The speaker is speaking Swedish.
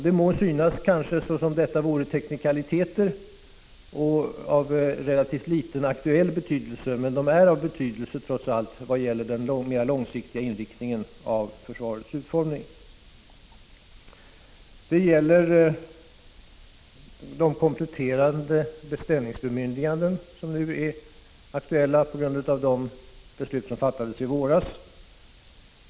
Det må kanske synas som varande teknikaliteter eller av relativt liten aktuell betydelse, men de är av betydelse trots allt vad gäller den mera långsiktiga inriktningen av försvarets utformning. Det gäller de kompletterande beställningsbemyndiganden som nu är aktuella på grund av de beslut som fattades i våras.